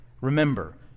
Remember